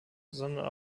sondern